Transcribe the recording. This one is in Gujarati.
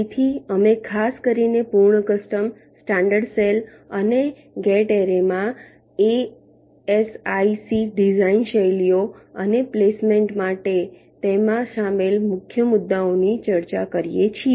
તેથી અમે ખાસ કરીને પૂર્ણ કસ્ટમ સ્ટાન્ડર્ડ સેલ અને ગેટ એરેમાં એએસઆઈસી ડિઝાઇન શૈલીઓ અને પ્લેસમેન્ટ માટે તેમાં સામેલ મુખ્ય મુદ્દાઓની ચર્ચા કરીએ છીએ